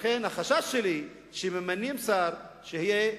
לכן, החשש שלי כשממנים שר, שיהיה